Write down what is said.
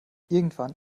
irgendwann